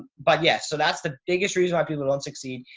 but yeah so that's the biggest reason why people don't succeed.